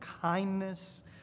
kindness